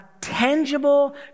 tangible